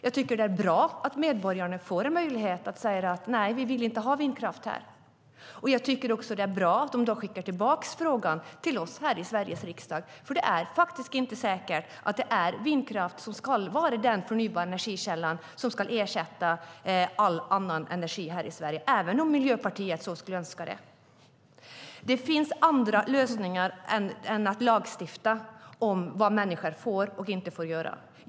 Jag tycker att det är bra att medborgarna får möjlighet att säga "nej, vi vill inte ha vindkraft här". Jag tycker också att det är bra att de har skickat tillbaka frågan till oss här i Sveriges riksdag, för det är inte säkert att det är vindkraft som ska vara den förnybara energikälla som ersätter all annan energi här i Sverige, även om Miljöpartiet skulle önska det. Det finns andra lösningar än att lagstifta om vad människor får och inte får göra.